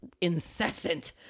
incessant